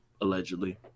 Allegedly